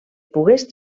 pogués